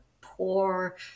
poor